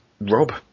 Rob